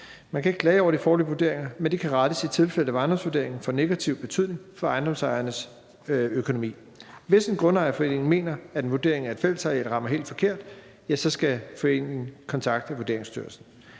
Man kan ikke klage over de foreløbige vurderinger, men de kan rettes i tilfælde, hvor ejendomsvurderingen får negativ betydning for ejendomsejernes økonomi. Hvis en grundejerforening mener, at en vurdering af et fællesareal rammer helt forkert, skal foreningen kontakte Vurderingsstyrelsen.